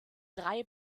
drei